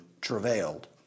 travailed